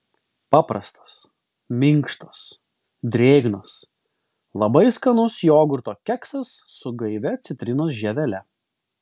paprastas minkštas drėgnas labai skanus jogurto keksas su gaivia citrinos žievele